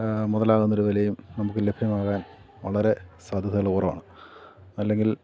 മുതലാകുന്ന ഒരു വിലയും നമുക്ക് ലഭ്യമാകാൻ വളരെ സാധ്യതകൾ കുറവാണ് അല്ലെങ്കിൽ